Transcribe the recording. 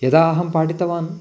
यदा अहं पाठितवान्